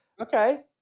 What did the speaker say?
Okay